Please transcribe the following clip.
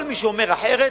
כל מי שאומר אחרת